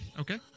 Okay